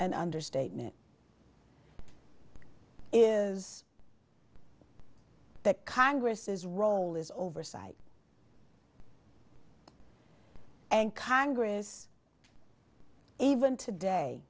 an understatement is that congress's role is oversight and congress even today